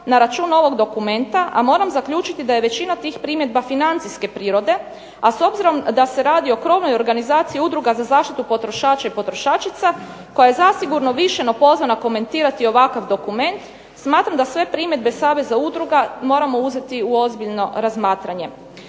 na račun ovog dokumenta, a moram zaključiti da je većina tih primjedba financijske prirode, a s obzirom da se radi o krovnoj udruga za zaštitu potrošača i potrošačica koja je zasigurno više no pozvana komentirati ovakav dokument, smatram da sve primjedbe Saveza udruga moramo uzeti u ozbiljno razmatranje.